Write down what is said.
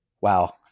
Wow